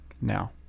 now